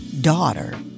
daughter